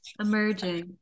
Emerging